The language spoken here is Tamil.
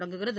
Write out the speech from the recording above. தொடங்குகிறது